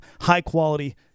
high-quality